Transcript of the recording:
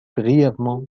brièvement